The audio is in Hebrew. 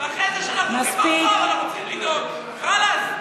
חבר הכנסת חזן,